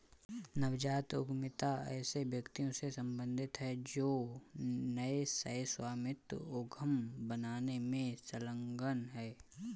नवजात उद्यमिता ऐसे व्यक्तियों से सम्बंधित है जो नए सह स्वामित्व उद्यम बनाने में संलग्न हैं